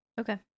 Okay